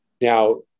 Now